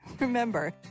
Remember